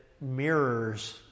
mirrors